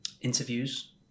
interviews